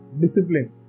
discipline